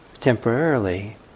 temporarily